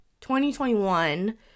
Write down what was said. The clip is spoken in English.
2021